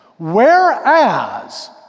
Whereas